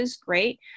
great